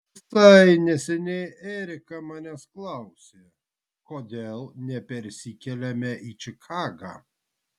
visai neseniai erika manęs klausė kodėl nepersikeliame į čikagą